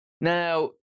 Now